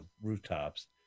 rooftops